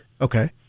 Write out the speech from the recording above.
Okay